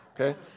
Okay